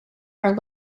are